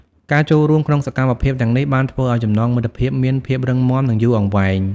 ការចូលរួមក្នុងសកម្មភាពទាំងនេះបានធ្វើឱ្យចំណងមិត្តភាពមានភាពរឹងមាំនិងយូរអង្វែង។